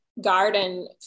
garden